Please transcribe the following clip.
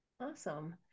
Awesome